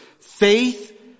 faith